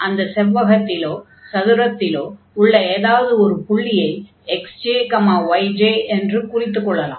அந்த செவ்வகத்திலோ சதுரத்திலோ உள்ள ஏதாவது ஒரு புள்ளியை xj yj என்று குறித்துக் கொள்ளலாம்